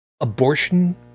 Abortion